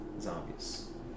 Zombies